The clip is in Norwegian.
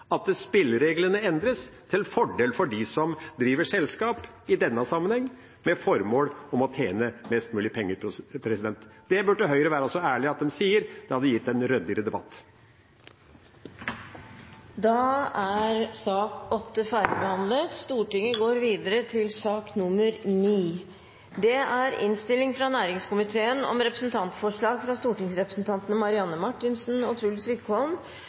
at spillereglene endres til fordel for dem som driver selskap, i denne sammenheng med formål om å tjene mest mulig penger. Det burde Høyre være så ærlige at de sier – det hadde gitt en ryddigere debatt. Flere har ikke bedt om ordet til sak nr. 8. Etter ønske fra næringskomiteen vil presidenten foreslå at taletiden blir begrenset til 5 minutter til hver partigruppe og